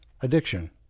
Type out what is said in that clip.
addiction